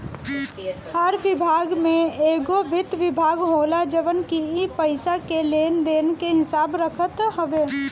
हर विभाग में एगो वित्त विभाग होला जवन की पईसा के लेन देन के हिसाब रखत हवे